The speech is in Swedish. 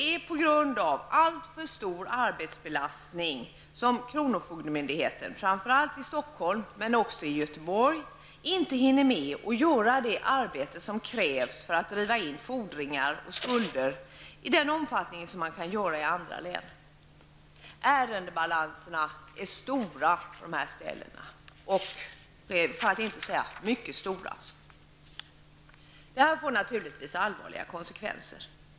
På grund av alltför stor arbetsbelastning hinner inte kronofogdemyndigheterna -- framför allt i Stockholm men också i Göteborg -- med att göra det arbete som krävs för att driva in fordringar och skulder i den omfattning som man kan göra i andra län. Ärendebalanserna är mycket stora. Det här får naturligtvis allvarliga konsekvenser.